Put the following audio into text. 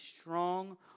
strong